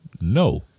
no